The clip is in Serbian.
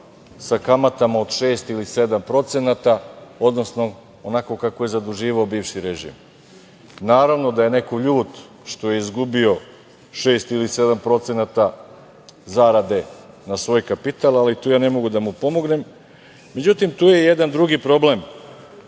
sa kamatama od 6% ili 7%, odnosno onako kako je zaduživao bivši režim. Naravno, da je neko ljut što je izgubio 6% ili 7% zarade na svoj kapital, ali tu ja ne mogu da mu pomognem. Međutim, tu je jedan drugi problem,